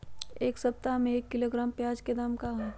एक सप्ताह में एक किलोग्राम प्याज के दाम का होई?